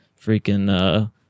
freaking